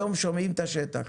היום שומעים את השטח,